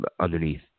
underneath